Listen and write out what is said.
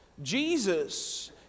Jesus